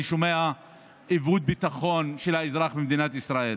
שאני שומע איבוד ביטחון של האזרח במדינת ישראל.